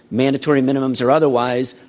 mandatory minimums or otherwise,